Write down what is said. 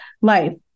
life